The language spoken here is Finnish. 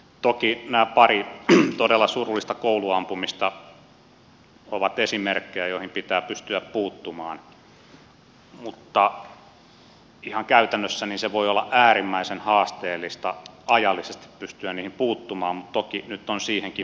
toki nämä pari todella surullista kouluampumista ovat esimerkkejä joihin pitää pystyä puuttumaan mutta ihan käytännössä voi olla äärimmäisen haasteellista ajallisesti pystyä niihin puuttumaan mutta toki nyt on siihenkin mahdollisuus